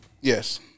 Yes